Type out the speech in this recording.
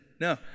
No